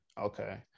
Okay